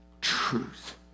truth